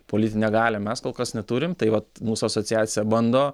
politinę galią mes kol kas neturim tai vat mūsų asociacija bando